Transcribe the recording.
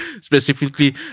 specifically